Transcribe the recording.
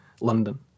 London